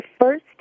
first